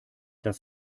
das